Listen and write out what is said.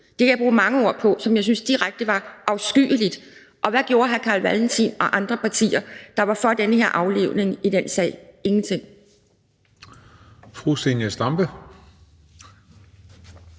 Det kan jeg bruge mange ord på. Jeg synes, at det var direkte afskyeligt, og hvad gjorde hr. Carl Valentins parti og andre partier, der var for den her aflivning, i den sag? Ingenting. Kl. 10:53 Den